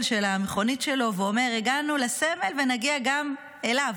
של המכונית שלו ואומר: הגענו לסמל ונגיע גם אליו?